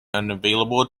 unavailable